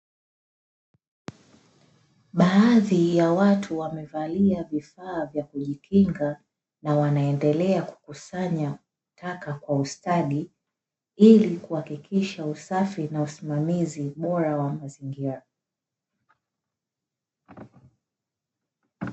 Baadhi ya watu wamevalia vifaa vya kujikinga, na wanaendelea kukusanya taka kwa ustadi, ili kuhakikisha usafi na usimamizi bora wa mazingira.